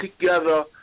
together